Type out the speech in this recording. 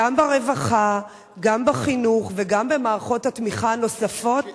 גם ברווחה, גם בחינוך וגם במערכות התמיכה הנוספות.